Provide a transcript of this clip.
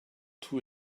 too